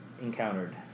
encountered